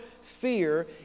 fear